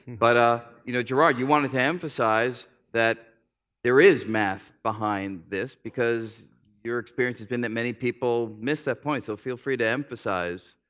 but you know gerard, you wanted to emphasize that there is math behind this, because your experience has been that many people miss that point, so feel free to emphasize.